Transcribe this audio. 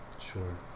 Sure